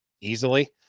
easily